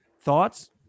Thoughts